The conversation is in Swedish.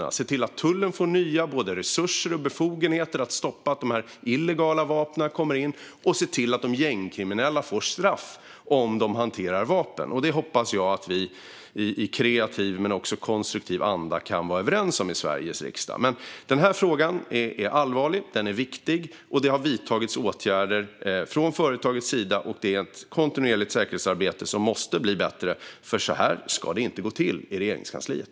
Vi ska se till att tullen får nya både resurser och befogenheter att stoppa att de illegala vapnen kommer in, och vi ska se till att de gängkriminella får straff om de hanterar vapen. Det hoppas jag att vi i kreativ men också konstruktiv anda kan vara överens om i Sveriges riksdag. Den här frågan är allvarlig och viktig. Det har vidtagits åtgärder från företagets sida, och det är ett kontinuerligt säkerhetsarbete som måste bli bättre. Så här ska det inte gå till i Regeringskansliet!